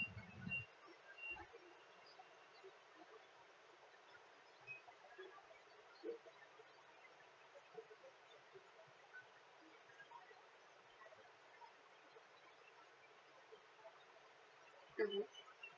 mmhmm